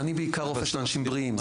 אני בעיקר רופא של אנשים בריאים,